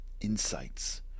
insights